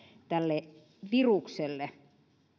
tälle virukselle